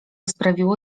sprawiło